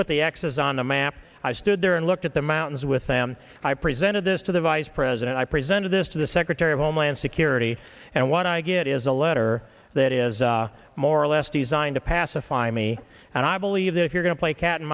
but the access on a map i stood there and looked at the mountains with them i presented this to the vice president i presented this to the secretary of homeland curity and what i get is a letter that is more or less designed to pacify me and i believe that if you're going to play cat and